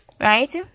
Right